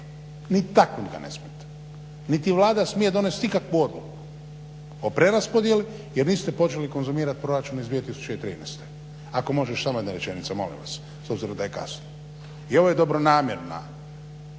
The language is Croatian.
ni taknut ga ne smijete, niti Vlada smije donest nikakvu odluku o preraspodjeli jer niste počeli konzumirat proračun iz 2013. Ako može još samo jedna rečenica, molim vas s obzirom da je kasno. I ovo je dobronamjerna,